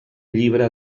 llibre